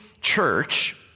church